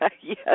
Yes